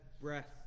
breath